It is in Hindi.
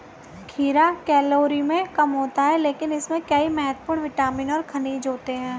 खीरा कैलोरी में कम होता है लेकिन इसमें कई महत्वपूर्ण विटामिन और खनिज होते हैं